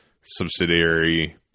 subsidiary